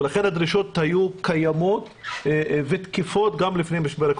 ולכן הדרישות היו קיימות ותקפות גם לפני המשבר.